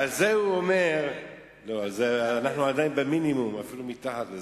לא, אנחנו אפילו במינימום, אפילו מתחת לזה.